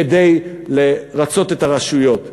כדי לרצות את הרשויות.